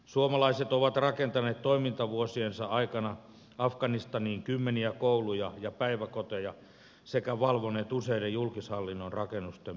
suomalaiset ovat rakentaneet toimintavuosiensa aikana afganistaniin kymmeniä kouluja ja päiväkoteja sekä valvoneet useiden julkishallinnon rakennusten pystytystä